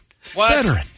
veteran